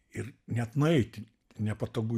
ir net nueiti nepatogu